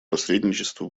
посредничества